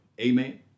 Amen